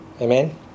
Amen